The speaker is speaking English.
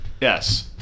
Yes